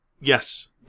Yes